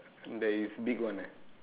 there is big one eh